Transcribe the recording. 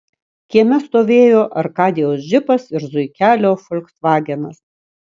kieme stovėjo arkadijaus džipas ir zuikelio folksvagenas